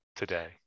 today